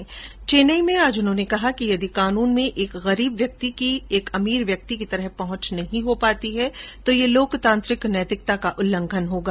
आज चेन्नई में उन्होंने कहा कि यदि कानून में एक गरीब व्यक्ति की एक अमीर व्यक्ति की तरह पहंच नहीं हो पाती है तो यह लोकतांत्रिक नैतिकता का उल्लंघन होगा